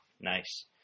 nice